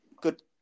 good